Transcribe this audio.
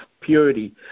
purity